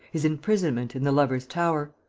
his imprisonment in the lovers' tower,